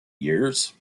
years